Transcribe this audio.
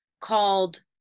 called